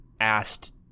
asked